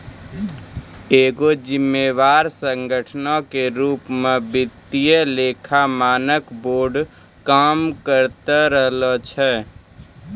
एगो जिम्मेवार संगठनो के रुपो मे वित्तीय लेखा मानक बोर्ड काम करते रहै छै